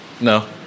No